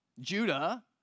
Judah